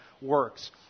works